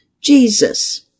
Jesus